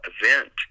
event